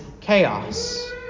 chaos